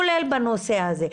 כולל בנושא הזה.